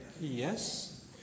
Yes